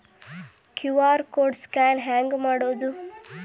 QR code scan ಹೆಂಗ್ ಮಾಡೋದು?